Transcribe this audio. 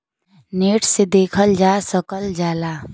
net से देखल जा सकल जाला